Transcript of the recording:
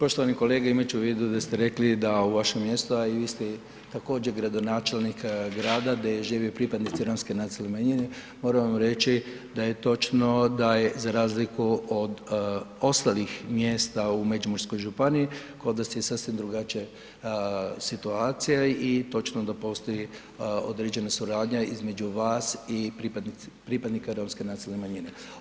Poštovani kolega, imat ću u vidu da ste rekli da u vašem mjestu a i vi ste također gradonačelnik grada gdje žive pripadnici romske nacionalne manjine, moram reći da je točno da je za razliku od ostalih mjesta u Međimurskoj županiji, kod vas je sasvim drugačija situacija i točno da postoji određena suradnja između vas i pripadnika romske nacionalne manjine.